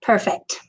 Perfect